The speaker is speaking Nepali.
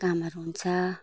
कामहरू हुन्छ